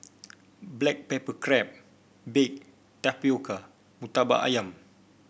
Black Pepper Crab Baked Tapioca murtabak ayam